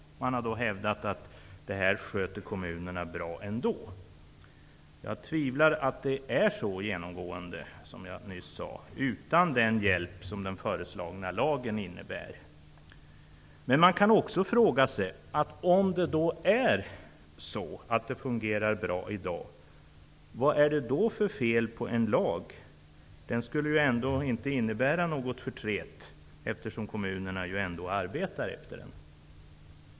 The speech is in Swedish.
Man har bl.a. hävdat att kommunerna sköter det här bra ändå. Jag betvivlar att det genomgående är så utan den hjälp som den föreslagna lagen innebär. Men man kan också fråga sig: Om det fungerar bra i dag med den offentliga upphandlingen, vad är det då för fel med en lag? Den skulle ju då inte innebära någon förtret, eftersom kommunerna ändå arbetar på det sätt som den föreslagna lagen föreskriver.